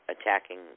attacking